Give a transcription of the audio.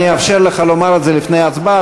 אני אאפשר לך לומר את זה לפני ההצבעה.